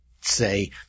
say